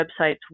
websites